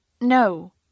no